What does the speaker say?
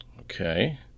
Okay